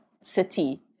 City